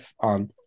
on